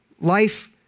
life